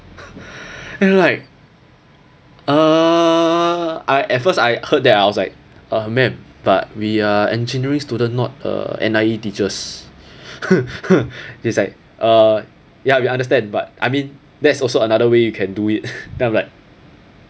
and like uh I at first I heard that I was like uh madam but we are engineering student not uh N_I_E teachers she's like uh ya we understand but I mean that's also another way you can do it then I'm like